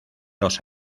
los